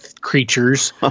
creatures